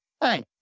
hey